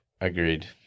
Agreed